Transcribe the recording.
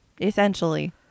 essentially